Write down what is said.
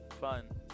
Fun